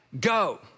go